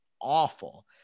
awful